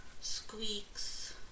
Squeaks